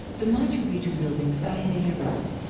the machu pichu buildings fascinate everyone.